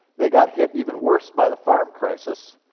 they got hit even worse by the farm crisis,